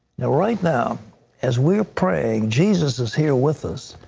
right now as we are praying, jesus is here with us,